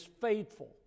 faithful